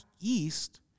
east